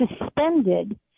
suspended